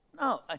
No